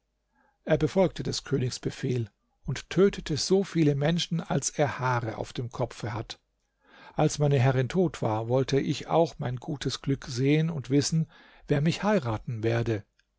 er befolgte des königs befehl und tötete so viele menschen als er haare auf dem kopfe hat als meine herrin tot war wollte ich auch mein gutes glück sehen und wissen wer mich heiraten werde